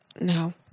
no